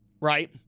right